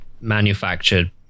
manufactured